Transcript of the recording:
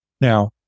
Now